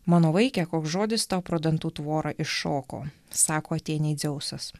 mano vaike koks žodis tau pro dantų tvorą iššoko sako atėnei dzeusas